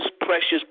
precious